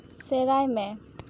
ᱥᱮᱬᱟᱭ ᱢᱮ